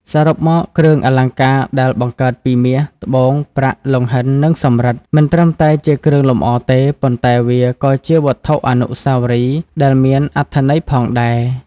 សរុបមក គ្រឿងអលង្ការដែលបង្កើតពីមាស ត្បូង ប្រាក់ លង្ហិន និងសំរិទ្ធ មិនត្រឹមតែជាគ្រឿងលម្អទេ ប៉ុន្តែវាក៏ជាវត្ថុអនុស្សាវរីយ៍ដែលមានអត្ថន័យផងដែរ។